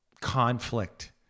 conflict